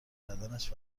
بدنش